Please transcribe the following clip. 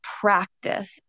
practice